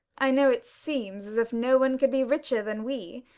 i know it seems as if no one could be richer than we,